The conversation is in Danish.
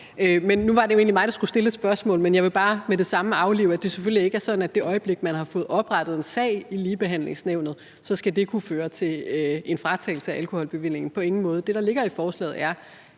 egentlig mig, der skulle stille et spørgsmål, men jeg vil med det samme bare aflive, at det skulle være sådan, at det, i det øjeblik man har fået oprettet en sag i Ligebehandlingsnævnet, skal kunne føre til en fratagelse af alkoholbevillingen; sådan er det selvfølgelig